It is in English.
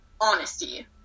honesty